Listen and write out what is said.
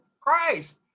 Christ